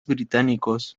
británicos